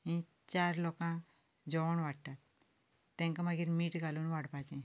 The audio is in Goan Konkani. आनी चार लोकांक जेवण वाडटात तांकां मागीर मीठ घालून वाडपाचे